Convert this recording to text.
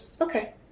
okay